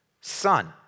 son